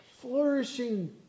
flourishing